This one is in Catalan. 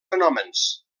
fenòmens